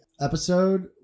episode